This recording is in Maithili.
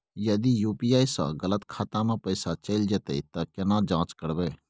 यदि यु.पी.आई स गलत खाता मे पैसा चैल जेतै त केना जाँच करबे?